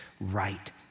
right